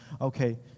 okay